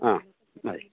ആ മതി